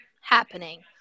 happening